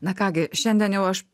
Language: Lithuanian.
na ką gi šiandien jau aš